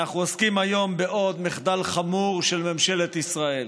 אנחנו עוסקים היום בעוד מחדל חמור של ממשלת ישראל.